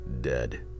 dead